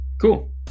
Cool